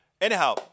anyhow